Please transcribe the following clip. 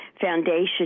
foundation